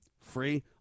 free